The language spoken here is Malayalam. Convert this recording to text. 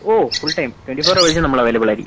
ഓ ഫുൾ ടൈം ട്വൻറ്റി ഫോർ ഹവേഴ്സും നമ്മൾ അവൈലബിൾ ആയിരിക്കും